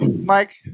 Mike